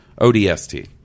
ODST